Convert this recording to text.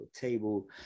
table